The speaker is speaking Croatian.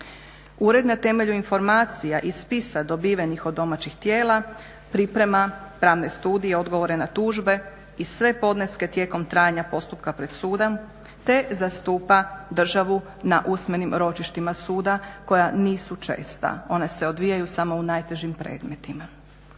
Ured na temelju informacija i spisa dobivenih od domaćih tijela priprema pravne studije, odgovore na tužbe i sve podneske tijekom trajanja postupka pred sudom te zastupa državu na usmenim ročištima suda koja nisu česta, ona se odvijaju samo u najtežim predmetima.